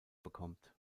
bekommt